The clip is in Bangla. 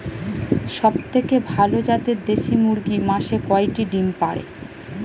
সবথেকে ভালো জাতের দেশি মুরগি মাসে কয়টি ডিম পাড়ে?